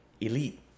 elite